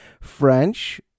French